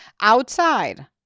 outside